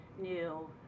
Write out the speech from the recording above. new